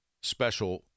special